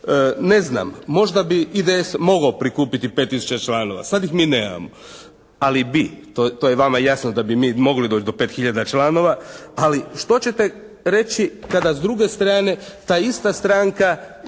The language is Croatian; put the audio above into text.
Ne znam, možda bi IDS mogao prikupiti 5 tisuća članova. Sad ih mi nemamo. Ali bi, to je vama jasno da bi mi mogli doći do 5 hiljada članova ali što ćete reći kada s druge strane kada s